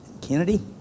Kennedy